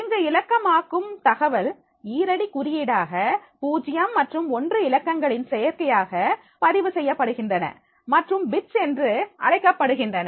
இங்கு இலக்கமாக்கும் தகவல் ஈரடி குறியீடாக பூஜ்ஜியம் மற்றும் ஒன்று இலக்கங்களின் செயற்கையாக பதிவு செய்யப்படுகின்றன மற்றும் பிட்ஸ் என்று அழைக்கப்படுகின்றன